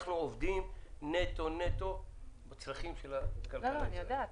אנחנו עובדים נטו לצרכים של הכלכלה הישראלית.